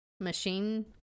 machine